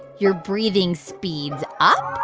your breathing speeds up,